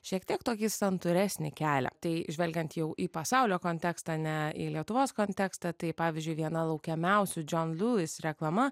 šiek tiek tokį santūresnį kelią tai žvelgiant jau į pasaulio kontekstą ne į lietuvos kontekstą tai pavyzdžiui viena laukiamiausių džion lulis reklama